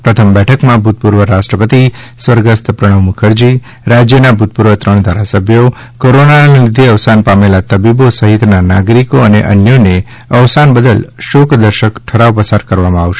પ્રથમ બૈઠ કમાં ભૂતપૂર્વ રાષ્ટ્રપતિ સ્વર્ગસ્થ પ્રણવ મુખરજી રાજ્યના ભૂતપૂર્વ ત્રણ ધારાસભ્યો કોરોનાના લીધે અવસાન પામેલા તબીબો સહિતના નાગરિકો અને અન્યનો અવસાન બદલ શોક દર્શક ઠરાવ પસાર કરવામાં આવશે